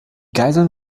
geiseln